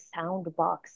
Soundbox